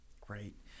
Great